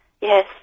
Yes